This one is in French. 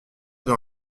dans